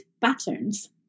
patterns